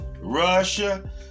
Russia